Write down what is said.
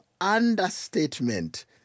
understatement